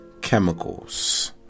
chemicals